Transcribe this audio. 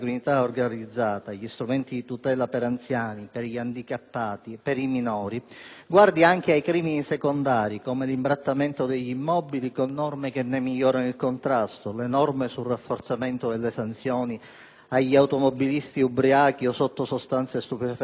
guardino anche a crimini secondari, come l'imbrattamento degli immobili (con norme che ne migliorano il contrasto), e prevedano misure per il rafforzamento delle sanzioni agli automobilisti ubriachi o sotto l'effetto di sostanze stupefacenti, con l'obbligatorietà della pena accessoria della revoca della patente di guida.